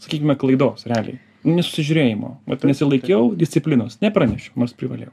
sakykime klaidos realiai nesusižiūrėjimo vat nesilaikiau disciplinos nepranešiau nors privalėjau